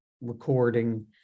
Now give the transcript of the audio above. recording